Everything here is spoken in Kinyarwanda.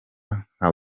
nka